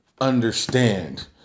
understand